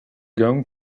going